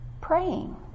praying